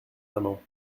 amant